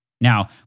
Now